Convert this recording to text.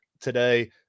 today